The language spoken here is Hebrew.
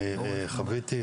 אני חוויתי,